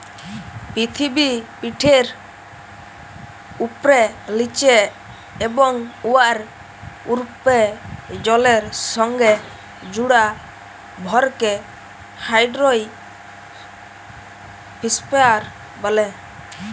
পিথিবীপিঠের উপ্রে, লিচে এবং উয়ার উপ্রে জলের সংগে জুড়া ভরকে হাইড্রইস্ফিয়ার ব্যলে